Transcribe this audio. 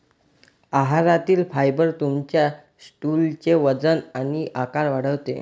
आहारातील फायबर तुमच्या स्टूलचे वजन आणि आकार वाढवते